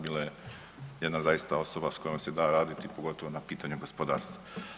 Bila je jedna zaista osoba s kojom se da raditi i pogotovo na pitanju gospodarstva.